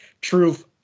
Truth